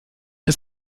ist